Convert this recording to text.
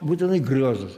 būtinai griozdas